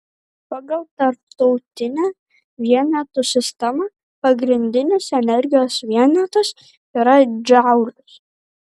pagal tarptautinę vienetų sistemą pagrindinis energijos vienetas yra džaulis